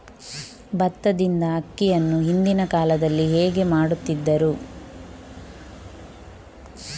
ಭತ್ತದಿಂದ ಅಕ್ಕಿಯನ್ನು ಹಿಂದಿನ ಕಾಲದಲ್ಲಿ ಹೇಗೆ ಮಾಡುತಿದ್ದರು?